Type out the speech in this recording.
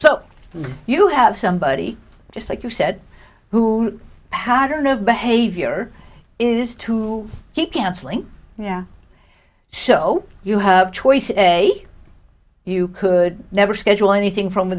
so you have somebody just like you said who pattern of behavior is to keep canceling yeah so you have choice a you could never schedule anything from